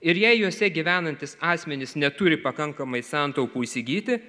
ir jei juose gyvenantys asmenys neturi pakankamai santaupų įsigyti